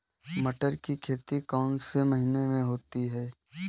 मटर की खेती कौन से महीने में होती है?